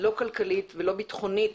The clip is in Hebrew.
לא כלכלית ולא ביטחונית,